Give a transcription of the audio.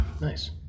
nice